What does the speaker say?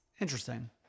Interesting